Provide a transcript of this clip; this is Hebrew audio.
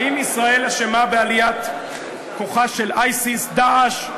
האם ישראל אשמה בעליית כוחה של ISIS, "דאעש"?